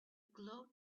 glow